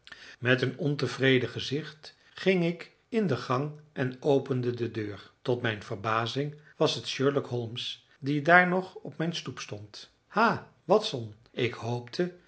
met een ontevreden gezicht ging ik in de gang en opende de deur tot mijn verbazing was het sherlock holmes die daar nog op mijn stoep stond ha watson ik hoopte